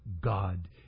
God